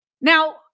Now